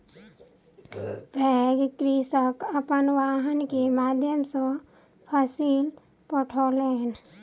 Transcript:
पैघ कृषक अपन वाहन के माध्यम सॅ फसिल पठौलैन